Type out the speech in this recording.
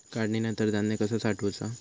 काढणीनंतर धान्य कसा साठवुचा?